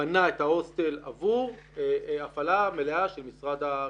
בנה את ההוסטל עבור הפעלה מלאה של משרד הרווחה.